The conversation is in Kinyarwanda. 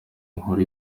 inkuru